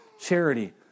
Charity